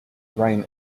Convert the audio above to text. brain